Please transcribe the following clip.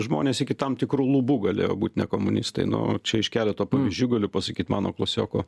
žmonės iki tam tikrų lubų galėjo būt ne komunistai nu čia iš keleto pavyzdžių galiu pasakyt mano klasioko